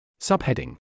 Subheading